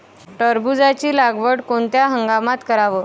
टरबूजाची लागवड कोनत्या हंगामात कराव?